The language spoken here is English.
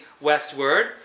westward